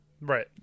right